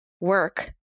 work